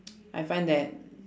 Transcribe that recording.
I find that